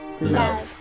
love